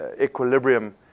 equilibrium